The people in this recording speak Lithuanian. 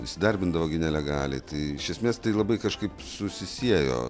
įsidarbindavo nelegaliai tai iš esmės tai labai kažkaip susisiejo